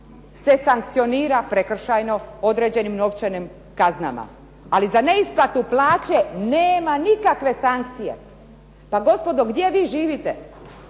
se sankcionira prekršajno određenih novčanim kaznama. Ali za neisplatu plaće nema nikakve sankcije. Pa gospodo, gdje vi živite?